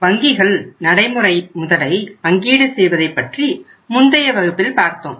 வங்கிகள் நடைமுறை முதலை பங்கீடு செய்வதைப் பற்றி முந்தைய வகுப்பில் பாரத்தோம்